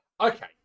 Okay